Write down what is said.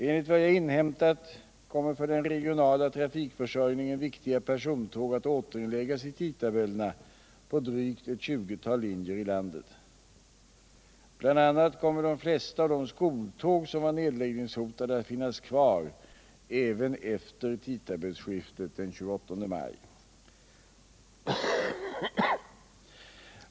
Enligt vad jag inhämtat kommer för den regionala trafikförsörjningen viktiga persontåg att återinläggas i tidtabellerna på drygt ett 20-tal linjer i landet. Bl. a. kommer de flesta av de skoltåg som varit nedläggningshotade att finnas kvar även efter tidtabellsskiftet den 28 maj.